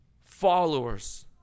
followers